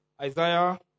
Isaiah